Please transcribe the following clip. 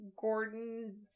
Gordon